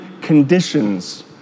conditions